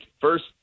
first